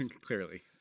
clearly